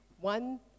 one